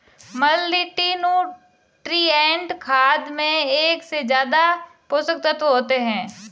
multinutrient खाद में एक से ज्यादा पोषक तत्त्व होते है